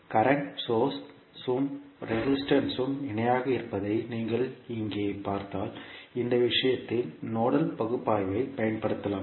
current source உம் resistance உம் இணையாக இருப்பதை நீங்கள் இங்கே பார்த்தால் இந்த விஷயத்தில் நோடல் பகுப்பாய்வைப் பயன்படுத்தலாம்